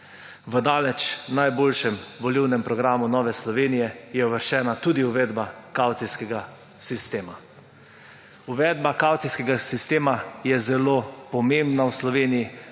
V daleč najboljšem volilnem programu Nove Slovenije je uvrščena tudi uvedba kavcijskega sistema. Uvedba kavcijskega sistema je zelo pomembna v Sloveniji,